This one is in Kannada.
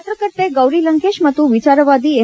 ಪತ್ರಕರ್ತೆ ಗೌರಿ ಲಂಕೇಶ್ ಮತ್ತು ವಿಚಾರವಾದಿ ಎಂ